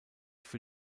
für